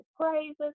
praises